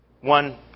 one